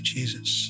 Jesus